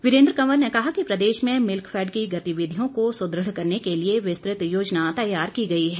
वीरेंद्र कंवर ने कहा कि प्रदेश में मिल्कफैड की गतिविधियों को सुदृढ़ करने को लिए विस्तृत योजना तैयार की गई है